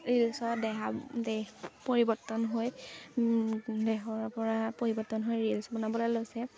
ৰিল্চৰ দেহা দেহ পৰিৱৰ্তন হৈ দেহৰ পৰা পৰিৱৰ্তন হৈ ৰীলচ বনাবলৈ লৈছে